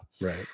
Right